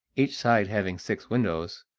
each side having six windows,